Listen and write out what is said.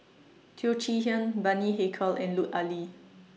Teo Chee Hean Bani Haykal and Lut Ali